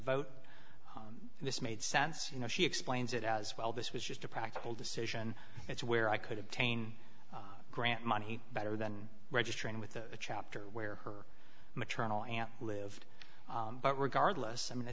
vote this made sense you know she explains it as well this was just a practical decision that's where i could obtain grant money better than registering with the chapter where her maternal aunt lived but regardless i mean i